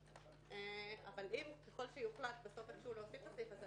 אבל ככל שיוחלט בסוף להוסיף את הסעיף הזה,